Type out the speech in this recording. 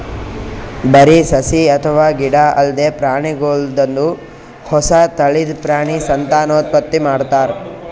ಬರಿ ಸಸಿ ಅಥವಾ ಗಿಡ ಅಲ್ದೆ ಪ್ರಾಣಿಗೋಲ್ದನು ಹೊಸ ತಳಿದ್ ಪ್ರಾಣಿ ಸಂತಾನೋತ್ಪತ್ತಿ ಮಾಡ್ತಾರ್